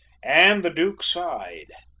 and the duke sighed.